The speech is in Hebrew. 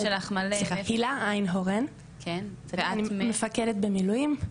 הילה היינהורן ואני מפקדת במילואים,